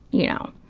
you know.